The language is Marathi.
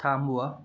थांबवा